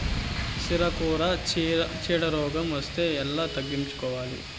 సిరాకుకు చీడ రోగం వస్తే ఎట్లా తగ్గించుకోవాలి?